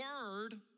word